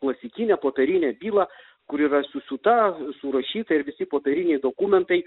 klasikinę popierinę bylą kuri yra susiūta surašyta ir visi popieriniai dokumentai